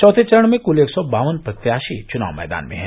चौथे चरण में क्ल एक सौ बावन प्रत्याशी चुनाव मैदान में है